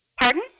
Pardon